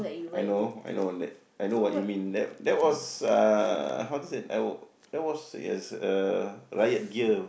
I know I know that I know what you mean that that was uh how to say I was that was is a riot gear